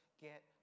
get